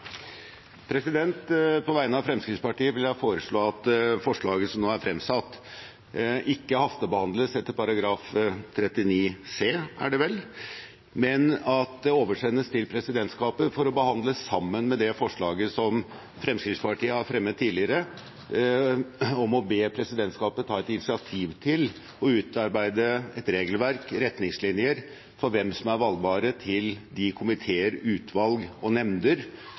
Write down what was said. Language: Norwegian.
På vegne av Fremskrittspartiet vil jeg foreslå at forslaget som nå er fremsatt, ikke hastebehandles etter § 39 annet ledd bokstav c, men at det oversendes til presidentskapet for å behandles sammen med det forslaget som Fremskrittspartiet har fremmet tidligere, om å be presidentskapet ta initiativ til å utarbeide et regelverk, retningslinjer for hvem som er valgbare til de komiteer, utvalg og nemnder